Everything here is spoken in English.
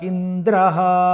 Indraha